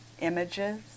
images